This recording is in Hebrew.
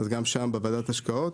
אז גם שם בוועדות השקעות,